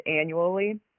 annually